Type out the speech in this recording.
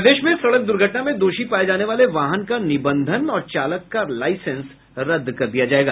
प्रदेश में सड़क दुर्घटना में दोषी पाये जाने वाले वाहन का निबंधन और चालक का लाईसेंस रद्द किया जायेगा